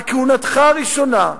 על כהונתך הראשונה,